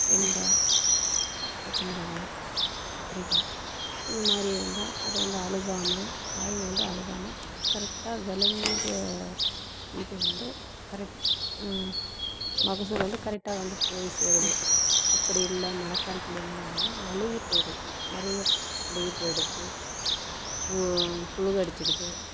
வெண்டை பச்சை மிளகாய் கத்திரிக்கா இது மாதிரி இருந்தால் அது வந்து அழுகாமல் காய் வந்து அழுகாமல் கரெக்டா விளைஞ்ச இது வந்து கரெக் மகசூல் வந்து கரெட்டாக வந்து போய் சேருது அப்படி இல்லை மழை காலத்துலேலாம் பார்த்திங்னா அழுகி போயிடுது நிறைய அழுகி போயிடுது புழு கடிச்சுடுது